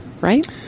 right